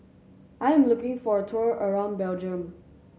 I am looking for a tour around Belgium